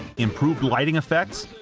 improved lighting effects,